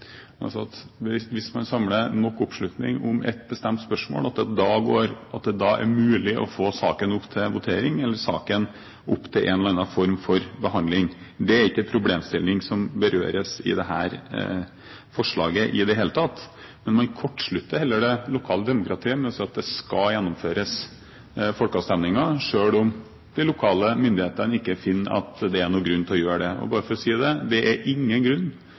altså at det, hvis man samler nok oppslutning om ett bestemt spørsmål, er mulig å få saken opp til votering eller til en eller annen form for behandling. Det er ikke en problemstilling som berøres i dette forslaget i det hele tatt. Men man kortslutter heller det lokale demokratiet med å si at det skal gjennomføres folkeavstemninger, selv om de lokale myndighetene ikke finner at det er noen grunn til å gjøre det. Og bare for å si det: Det er ingen grunn